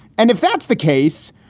and if that's the case,